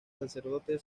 sacerdote